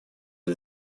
для